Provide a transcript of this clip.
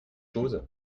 chose